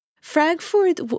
Frankfurt